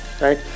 right